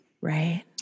Right